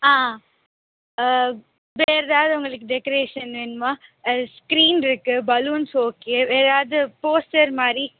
ஆ வேறு ஏதாவது உங்களுக்கு டெக்கரேஷனு வேணுமா அது ஸ்க்ரீன் இருக்குது பலூன்ஸ் ஓகே வேறு ஏதாவது போஸ்டர் மாதிரி